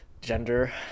gender